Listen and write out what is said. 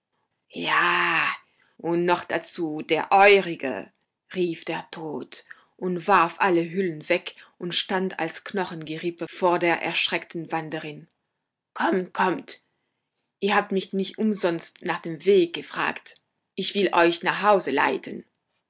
ja und noch dazu der eurige rief der tod und warf alle hüllen weg und stand als knochengerippe vor der erschreckten wanderin kommt kommt ihr habt mich nicht umsonst nach dem weg gefragt ich will euch nach hause leiten